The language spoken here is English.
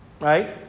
Right